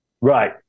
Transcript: Right